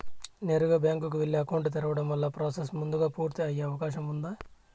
నేరుగా బ్యాంకు కు వెళ్లి అకౌంట్ తెరవడం వల్ల ప్రాసెస్ ముందుగా పూర్తి అయ్యే అవకాశం ఉందా?